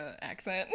accent